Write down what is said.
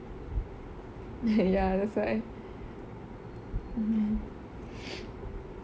ya that's why